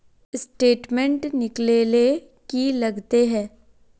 Statement निकले ले की लगते है?